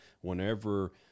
whenever